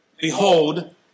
Behold